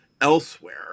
elsewhere